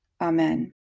Amen